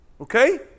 Okay